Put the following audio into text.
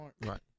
Right